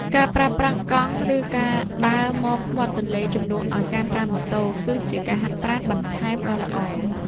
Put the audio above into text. ការប្រើប្រាស់កង់ ឬការដើរមកមាត់ទន្លេជំនួសឱ្យការប្រើម៉ូតូ គឺជាការហាត់ប្រាណបន្ថែមដ៏ល្អ។